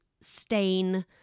stain